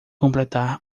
completar